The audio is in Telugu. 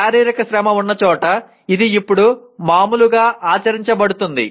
శారీరక శ్రమ ఉన్న చోట ఇది ఇప్పుడు మామూలుగా ఆచరించబడుతుంది